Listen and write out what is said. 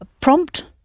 Prompt